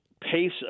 pace